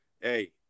hey